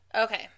Okay